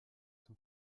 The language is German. zum